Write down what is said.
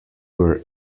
were